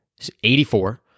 84